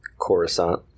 coruscant